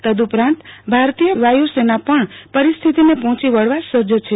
તદ ઉપરાંત ભારતીયા વાયુસેના પણ પરિસ્થિતિ ને પહોંચી વળવા સજજ છે